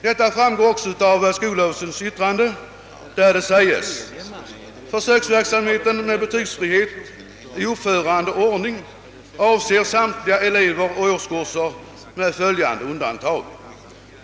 Detta framgår också av skolöverstyrelsens yttrande där det säges: »Försöksverksamheten med betygsfrihet i uppförande och ordning avser samtliga elever och årskurser med följande undantag.